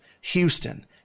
Houston